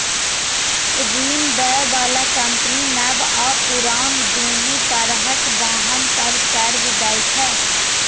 ऋण दै बला कंपनी नव आ पुरान, दुनू तरहक वाहन पर कर्ज दै छै